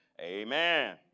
amen